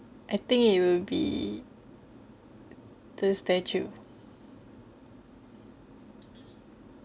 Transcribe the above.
I think it will be the statue